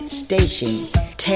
station